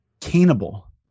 cannibal